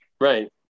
Right